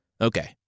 Okay